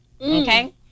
Okay